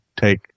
take